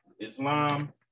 Islam